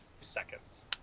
seconds